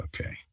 okay